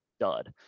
Dud